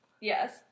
Yes